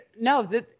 no